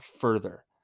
further